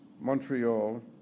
Montreal